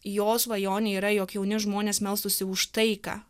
jo svajonė yra jog jauni žmonės melstųsi už taiką